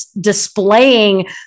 displaying